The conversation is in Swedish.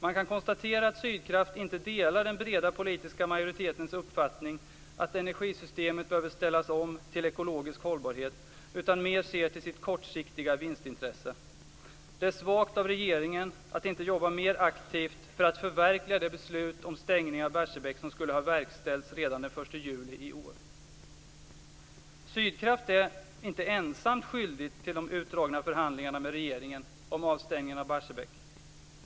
Man kan konstatera att Sydkraft inte delar den breda politiska majoritetens uppfattning att energisystemet behöver ställas om till ekologisk hållbarhet, utan mer ser till sitt kortsiktiga vinstintresse. Det är svagt av regeringen att inte jobba mer aktivt för att förverkliga det beslut om stängning av Barsebäck som skulle ha verkställts redan den 1 juli i år. Sydkraft är inte ensamt skyldigt till de utdragna förhandlingarna med regeringen om avstängningen av Barsebäck.